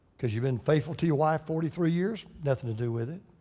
because you've been faithful to your wife forty three years? nothing to do with it.